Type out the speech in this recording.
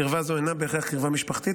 קרבה זו אינה בהכרח קרבה משפחתית,